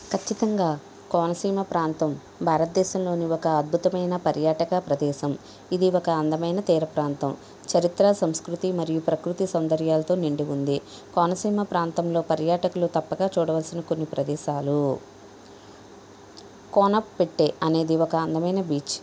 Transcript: ఖచ్చితంగా కోనసీమ ప్రాంతం భారతదేశంలోని ఒక అద్భుతమైన పర్యాటక ప్రదేశం ఇది ఒక అందమైన తీర ప్రాంతం చరిత్ర సంస్కృతి మరియు ప్రకృతి సౌందర్యాలతో నిండి ఉంది కోనసీమ ప్రాంతంలో పర్యాటకులు తప్పక చూడవలసిన కొన్ని ప్రదేశాలు కోన పెట్టే అనేది ఒక అందమైన బీచ్